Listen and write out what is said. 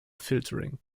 filtering